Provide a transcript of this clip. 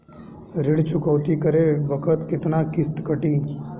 ऋण चुकौती करे बखत केतना किस्त कटी?